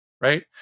right